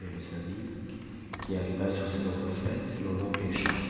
mais le syndic qui arriva sur ces entrefaites l'en empêcha